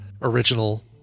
Original